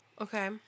Okay